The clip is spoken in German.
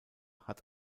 hat